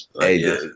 Hey